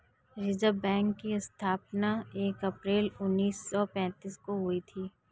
reserve bank की स्थापना एक अप्रैल उन्नीस सौ पेंतीस को हुई थी